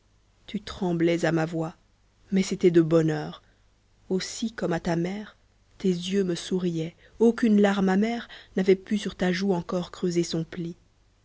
tu tremblais à ma voix mais c'était de bonheur aussi comme à ta mère tes yeux me souriaient aucune larme amère n'avait pu sur ta joue encor creuser son pli